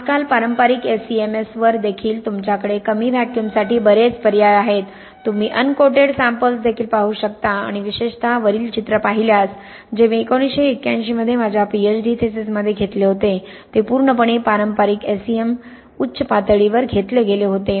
आजकाल पारंपारिक SEMS वर देखील तुमच्याकडे कमी व्हॅक्यूमसाठी बरेच पर्याय आहेत तुम्ही अनकोटेड सॅम्पल्स देखील पाहू शकता आणि विशेषतः वरील चित्र पाहिल्यास जे मी 1981 मध्ये माझ्या पीएचडी थीसिसमध्ये घेतले होते ते पूर्णपणे पारंपारिक SEM उच्च पातळीवर घेतले गेले होते